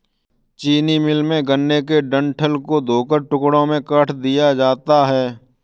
चीनी मिल में, गन्ने के डंठल को धोकर टुकड़ों में काट दिया जाता है